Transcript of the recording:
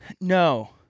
No